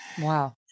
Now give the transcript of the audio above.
Wow